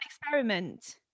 experiment